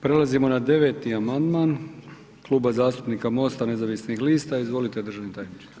Prelazimo na 9. amandman Kluba zastupnika MOST-a nezavisnih lista, izvolite državni tajniče.